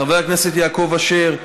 חבר הכנסת יעקב אשר,